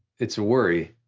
it's a worry,